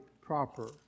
proper